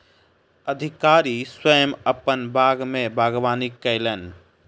अधिकारी स्वयं अपन बाग में बागवानी कयलैन